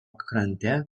krante